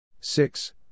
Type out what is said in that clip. six